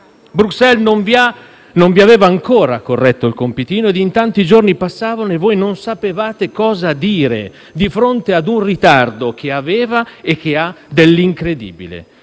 Bruxelles non vi aveva ancora corretto il compitino e intanto i giorni passavano e voi non sapevate cosa dire di fronte ad un ritardo che aveva e che ha dell'incredibile.